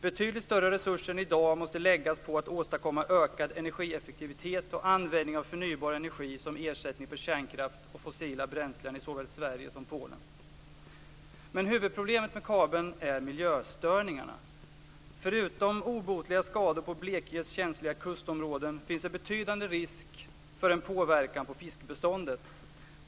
Betydligt större resurser än i dag måste läggas på att åstadkomma ökad energieffektivitet och användning av förnybar energi som ersättning för kärnkraft och fossila bränslen i såväl Sverige som Polen. Men huvudproblemet med kabeln är miljöstörningarna: Förutom obotliga skador på Blekinges känsliga kustområden finns en betydande risk för en påverkan på fiskbeståndet.